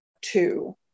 two